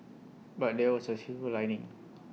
but there was A silver lining